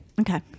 okay